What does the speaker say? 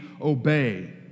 obey